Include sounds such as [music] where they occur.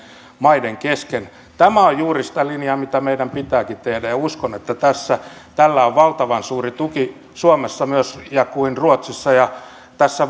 maiden kesken tämä on juuri sitä linjaa mitä meidän pitääkin tehdä ja uskon että tällä on valtavan suuri tuki suomessa ja myös ruotsissa tässä [unintelligible]